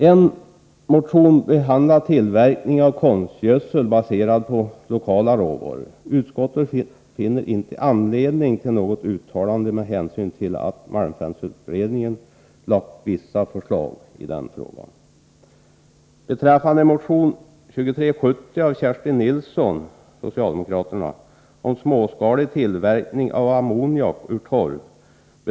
En motion behandlar tillverkning av konstgödsel baserad på lokala råvaror. Utskottet finner inte anledning till något uttalande med hänsyn till att malmfältsutredningen har lagt fram vissa förslag i denna fråga. Den socialdemokratiska motionen 2370 av Kerstin Nilsson berör småskalig tillverkning av ammoniak ur torv.